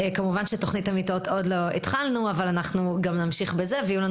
כמובן שעוד לא התחלנו בתכנית המיטות אבל יהיו לנו